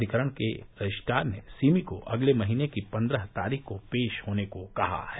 अधिकरण के रजिस्ट्रार ने सिमी को अगले महीने की पन्द्रह तारीख़ को पेश होने को कहा है